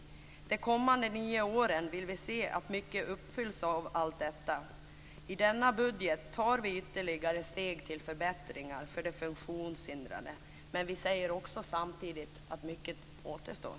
Under de kommande nio åren vill vi se att mycket av allt detta uppfylls. I denna budget tar vi ytterligare steg till förbättringar för de funktionshindrade, men vi säger också samtidigt att mycket återstår.